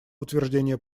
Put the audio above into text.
утверждение